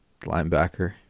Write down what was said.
linebacker